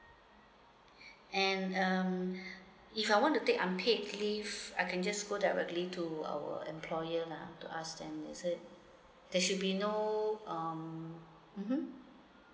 and um if I want to take unpaid leave I can just go directly to our employer lah to ask them is it there should be no um mmhmm